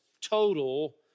total